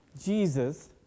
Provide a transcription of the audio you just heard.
Jesus